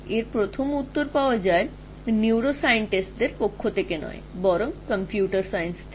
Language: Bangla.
এবং প্রথম উত্তর যা এসেছিল সেটা স্নায়ুবিজ্ঞান থেকে ছিল না এসেছিল কম্পিউটার বিজ্ঞান থেকে